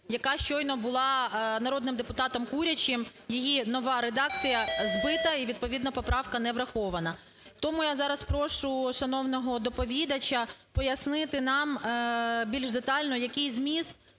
яка щойно була народним депутатом Курячим, її нова редакція, збита і, відповідно, поправка не врахована. Тому я зараз прошу шановного доповідача пояснити нам більш детально, який зміст